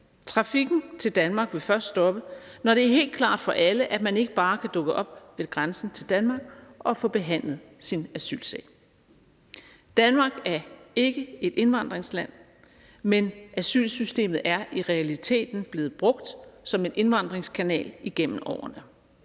Trafikken til Danmark vil først stoppe, når det er helt klart for alle, at man ikke bare kan dukke op ved grænsen til Danmark og få behandlet sin asylsag. Danmark er ikke et indvandringsland, men asylsystemet er i realiteten blevet brugt som en indvandringskanal igennem årene.